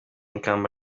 ikamba